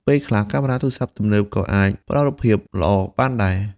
ពេលខ្លះ កាមេរ៉ាទូរសព្ទទំនើបក៏អាចផ្តល់រូបភាពល្អបានដែរ។